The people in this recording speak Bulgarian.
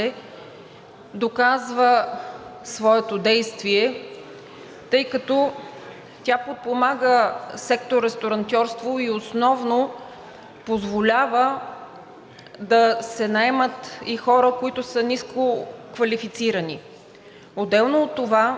доказва своето действие, тъй като тя подпомага сектор „Ресторантьорство“ и основно позволява да се наемат и хора, които са нискоквалифицирани. Отделно от това,